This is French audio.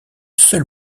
seul